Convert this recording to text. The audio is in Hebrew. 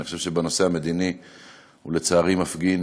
אני חושב שבנושא המדיני הוא מפגין,